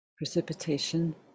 Precipitation